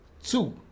Two